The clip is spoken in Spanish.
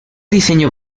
diseño